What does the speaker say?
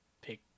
Pick